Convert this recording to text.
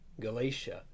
Galatia